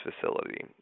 facility